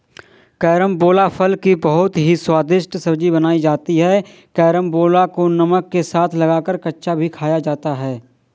carambola फल की बहुत ही स्वादिष्ट सब्जी बनाई जाती है कैरमबोला को नमक के साथ लगाकर कच्चा भी खाया जाता है